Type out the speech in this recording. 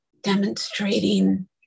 demonstrating